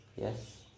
Yes